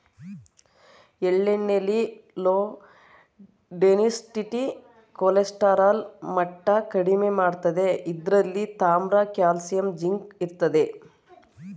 ಎಳ್ಳೆಣ್ಣೆಲಿ low density cholesterol ಮಟ್ಟ ಕಡಿಮೆ ಮಾಡ್ತದೆ ಇದ್ರಲ್ಲಿ ತಾಮ್ರ ಕಾಲ್ಸಿಯಂ ಜಿಂಕ್ ಇರ್ತದೆ